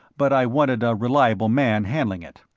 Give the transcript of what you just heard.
but i wanted a reliable man handling it.